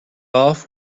off